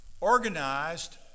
organized